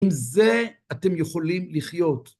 עם זה אתם יכולים לחיות.